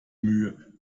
mühe